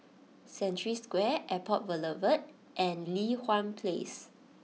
Century Square Airport Boulevard and Li Hwan Place